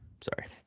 Sorry